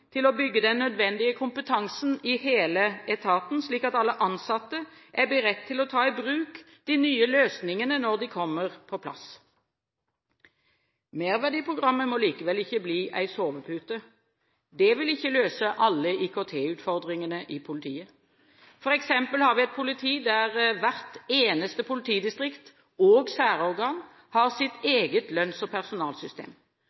til å bygge den nødvendige kompetansen i hele etaten, slik at alle ansatte er beredt til å ta i bruk de nye løsningene når de kommer på plass. Merverdiprogrammet må likevel ikke bli en sovepute. Det vil ikke løse alle IKT-utfordringene i politiet. For eksempel har vi et politi der hvert eneste politidistrikt og særorgan har sitt